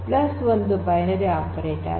plus ಒಂದು binary operator